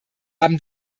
haben